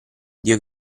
dio